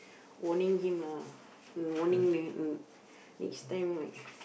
warning him lah warning that next time right